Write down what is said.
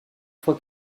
fois